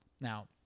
Now